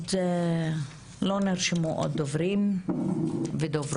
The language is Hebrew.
לא נרשמו עוד דוברים ודוברות.